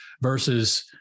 versus